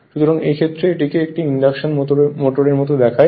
সুতরাং এই ক্ষেত্রে এটিকে একটি ইন্ডাকশন মোটরের মতো দেখায়